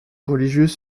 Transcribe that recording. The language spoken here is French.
religieuse